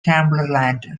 cumberland